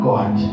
God